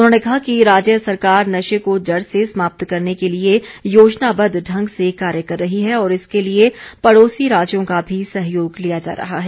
उन्होंने कहा कि राज्य सरकार नशे को जड़ से समाप्त करने के लिए योजनाबद्व ढंग से कार्य कर रही है और इसके लिए पड़ोसी राज्यों का भी सहयोग लिया जा रहा है